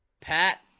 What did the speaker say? Pat